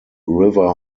river